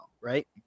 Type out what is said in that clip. right